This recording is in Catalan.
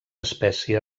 espècie